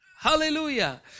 Hallelujah